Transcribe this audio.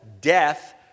death